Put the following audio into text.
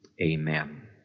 Amen